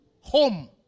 home